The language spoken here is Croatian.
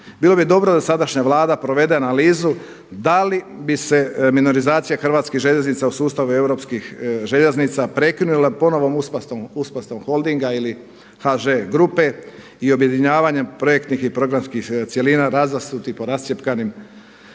Bilo bi dobro da sadašnja Vlada provede analizu da li bi se minorizacija HŽ-a u sustavu europskih željeznica prekinula ponovnom uspostavom Holdinga ili HŽ grupe i objedinjavanjem projektnih i programskih cjelina razasutih po rascjepkanim